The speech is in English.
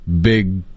big